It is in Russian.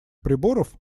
приборов